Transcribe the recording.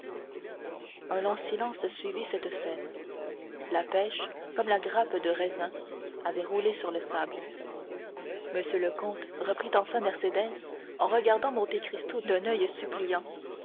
un long silence suivit cette scène la pêche comme la grappe de raisin avait roulé sur le sable monsieur le comte reprit enfin mercédès en regardant monte cristo d'un oeil suppliant